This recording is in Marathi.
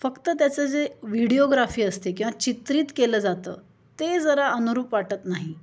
फक्त त्याचं जे व्हिडिओग्राफी असते किंवा चित्रित केलं जातं ते जरा अनुरूप वाटत नाही